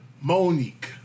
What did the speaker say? Monique